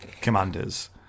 commanders